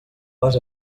vas